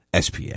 SPA